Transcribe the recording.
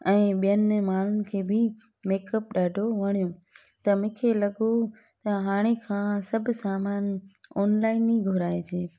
ऐं ॿियनि माण्हुनि खे बि मेकअप ॾाढो वणियो त मूंखे लॻो त हाणे खां सभु सामान ऑनलाइन ई घुराइजे